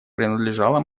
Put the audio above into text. принадлежала